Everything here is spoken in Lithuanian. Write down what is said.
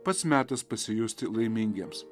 pats metas pasijusti laimingiems